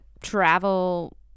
travel